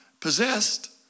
Possessed